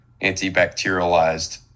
antibacterialized